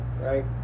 right